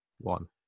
one